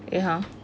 ya